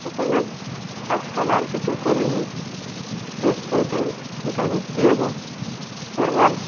এখন আর আজকাল আর কিছু করিনি দেখছি ওইটাই কোথায় ভর্তি হবো তোর বল